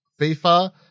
FIFA